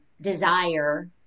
desire